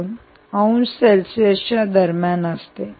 02 अंश सेल्सिअसच्या दरम्यान असते